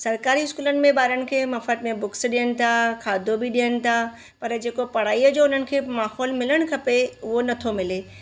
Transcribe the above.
सरकारी स्कूलनि में ॿारनि खे मुफ़्ति में बुक्स था खाधो बि ॾियनि था पर जेको पढ़ाईअ जो उन्हनि खे माहौल मिलणु खपे उहा नथो मिले